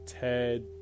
Ted